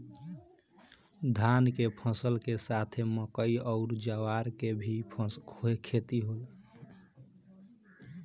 धान के फसल के साथे मकई अउर ज्वार के भी खेती होला